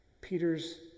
Peter's